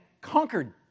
conquered